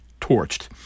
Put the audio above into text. Torched